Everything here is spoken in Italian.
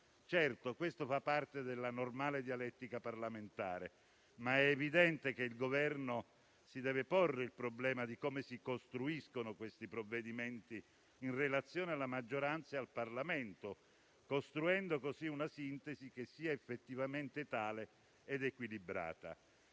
Certo, questo fa parte della normale dialettica parlamentare, ma è evidente che il Governo si deve porre il problema di come si costruiscono questi provvedimenti, in relazione alla maggioranza e al Parlamento, costruendo così una sintesi che sia effettivamente tale ed equilibrata.